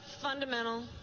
fundamental